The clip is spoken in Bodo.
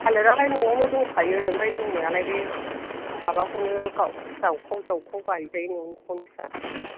थालिरालाय न'आवनो दंखायो ओमफ्राय दंनायालाय बे माबाखौनो जावखाव जावखाव गायजायो न'निखौनो फिसा फिसाखौ